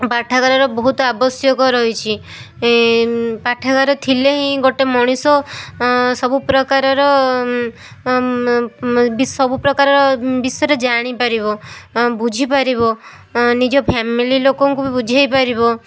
ପାଠାଗାରର ବହୁତ ଆବଶ୍ୟକ ରହିଛି ପାଠାଗାର ଥିଲେ ହିଁ ଗୋଟେ ମଣିଷ ସବୁ ପ୍ରକାରର ସବୁ ପ୍ରକାରର ବିଷୟରେ ଜାଣିପାରିବ ବୁଝିପାରିବ ନିଜ ଫ୍ୟାମିଲି ଲୋକଙ୍କୁ ବି ବୁଝାଇପାରିବ